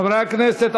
חברי הכנסת,